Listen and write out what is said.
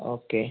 okay